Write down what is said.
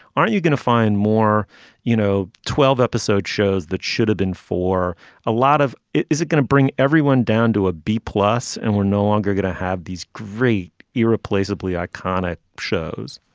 aren't you going to find more you know twelve episode shows that should have been for a lot of. is it going to bring everyone down to a b plus. and we're no longer going to have these great irreplaceable yeah iconic shows